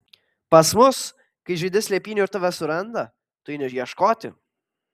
pas mus kai žaidi slėpynių ir tave suranda tu eini ieškoti